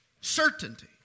Certainty